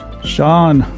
Sean